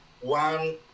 One